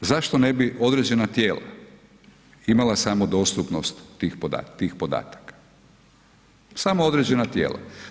Zašto ne bi određena tijela imala samodostupnost tih podataka, samo određena tijela.